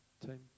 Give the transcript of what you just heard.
team